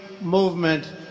movement